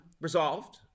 resolved